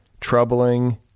Troubling